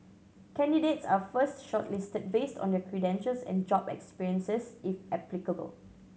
candidates are first shortlisted based on their credentials and job experiences if applicable